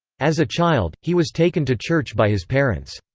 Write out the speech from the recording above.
as a child, he was taken to church by his parents.